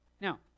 Now